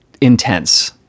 intense